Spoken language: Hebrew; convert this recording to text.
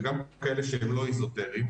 וגם כאלה שהם לא אזוטריים,